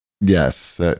Yes